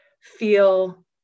feel